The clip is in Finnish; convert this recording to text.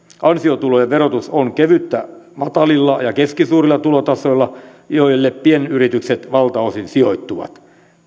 ansiotulojen verotus on kevyttä matalilla ja keskisuurilla tulotasoilla joille pienyritykset valtaosin sijoittuvat